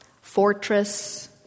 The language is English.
Fortress